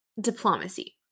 diplomacy